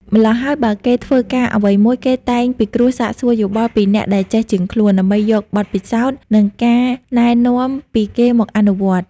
ម្ល៉ោះហើយបើគេធ្វើការអ្វីមួយ គេតែងពិគ្រោះសាកសួរយោបល់ពីអ្នកដែលចេះជាងខ្លួន ដើម្បីយកមកពិសោធន៍ និងការណែនាំពីគេមកអនុវត្ត ។